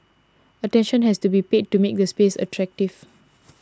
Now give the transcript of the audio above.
attention has to be paid to make the space attractive